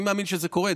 אני מאמין שזה קורה,